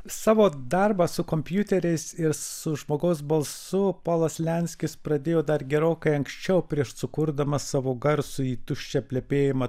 savo darbą su kompiuteriais ir su žmogaus balsu polas lenskis pradėjo dar gerokai anksčiau prieš sukurdamas savo garsųjį tuščią plepėjimą